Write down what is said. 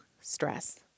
stress